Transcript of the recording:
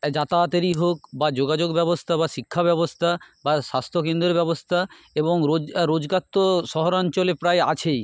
যাতায়াতেরই হোক বা যোগাযোগ ব্যবস্থা বা শিক্ষা ব্যবস্থা বা স্বাস্থ্য কেন্দ্রের ব্যবস্থা এবং রোজগা রোজগার তো শহরাঞ্চলে প্রায় আছেই